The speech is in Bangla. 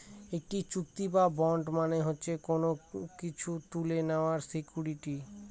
একটি চুক্তি বা বন্ড মানে হচ্ছে কোনো কিছু তুলে নেওয়ার সিকুইরিটি